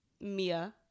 Mia